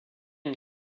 une